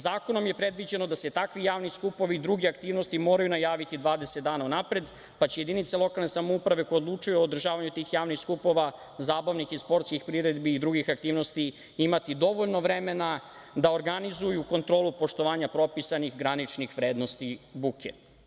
Zakonom je predviđeno da se takvi javni skupovi i druge aktivnosti moraju najaviti 20 dana unapred, pa će jedinice lokalne samouprave koja odlučuje o održavanju tih javnih skupova, zabavnih i sportskih priredbi i drugih aktivnosti, imati dovoljno vremena da organizuju kontrolu poštovanja propisanih graničnih vrednosti buke.